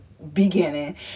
beginning